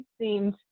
seemed